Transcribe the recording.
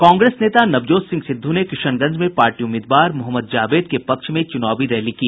कांग्रेस नेता नवजोत सिंह सिद्धू ने किशनगंज में पार्टी उम्मीदवार मोहम्मद जावेद के पक्ष में चुनावी रैली की